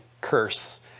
curse